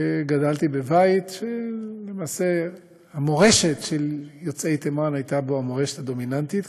וגדלתי בבית שלמעשה המורשת של יוצאי תימן הייתה בו המורשת הדומיננטית.